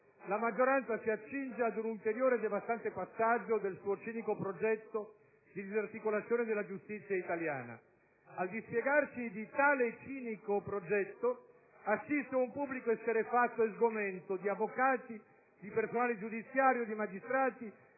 la maggioranza si accinge ad un ulteriore, devastante passaggio del suo cinico progetto di disarticolazione della giustizia italiana. Al dispiegarsi di tale cinico progetto assiste un pubblico esterrefatto e sgomento di avvocati, di personale giudiziario, di magistrati,